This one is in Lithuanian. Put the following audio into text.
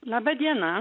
laba diena